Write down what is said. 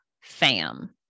fam